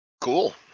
Cool